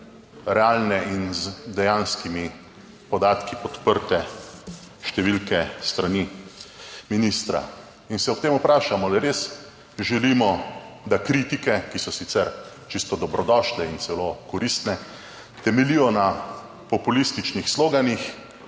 realne in z dejanskimi podatki podprte številke s strani ministra. In se ob tem vprašam ali res želimo, da kritike, ki so sicer čisto dobrodošle in celo koristne, temeljijo na populističnih sloganih